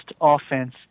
offense